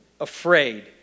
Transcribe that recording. afraid